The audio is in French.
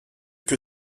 que